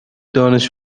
دانش